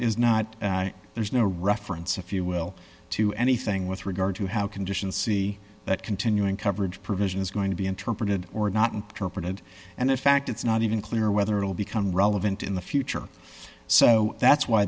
is not there's no reference if you will to anything with regard to how conditioned see that continuing coverage provision is going to be interpreted or not interpreted and in fact it's not even clear whether it'll become relevant in the future so that's why